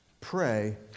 Pray